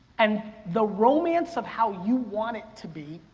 and the romance of how you want it to be,